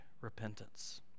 repentance